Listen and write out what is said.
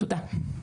תודה.